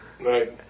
Right